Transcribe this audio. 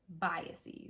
biases